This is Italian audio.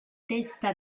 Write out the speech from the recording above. testa